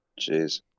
Jeez